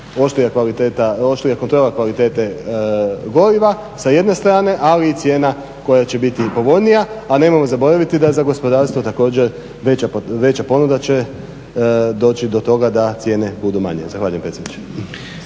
oštrija kontrola kvalitete goriva sa jedne strane ali i cijena koja će biti i povoljnija. A nemojmo zaboraviti da za gospodarstvo također veća ponuda će doći do toga da cijene budu manje. Zahvaljujem predsjedniče.